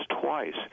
twice